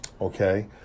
Okay